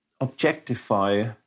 objectify